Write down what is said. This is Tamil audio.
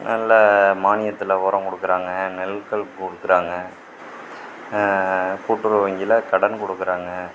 நல்ல மானியத்தில் உரம் கொடுக்குறாங்க நெற்கள் கொடுக்குறாங்க கூட்டுறவு வங்கியில் கடன் கொடுக்குறாங்க